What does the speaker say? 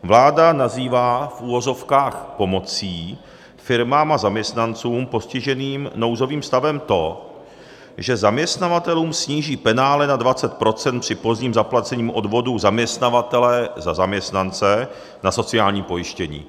Vláda nazývá v uvozovkách pomocí firmám a zaměstnancům postiženým nouzovým stavem to, že zaměstnavatelům sníží penále na 20 % při pozdním zaplacení odvodů zaměstnavatele za zaměstnance na sociální pojištění.